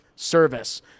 Service